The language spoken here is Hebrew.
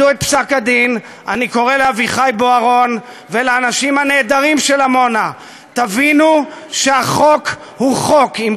לא של חייהם של תושבי עמונה או של התנחלות אחרת על